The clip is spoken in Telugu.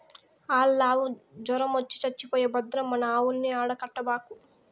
ఆల్లావు జొరమొచ్చి చచ్చిపోయే భద్రం మన ఆవుల్ని ఆడ కట్టబాకు